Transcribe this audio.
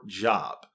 job